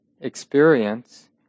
experience